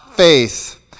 Faith